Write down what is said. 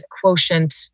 quotient